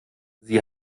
sie